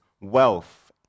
wealth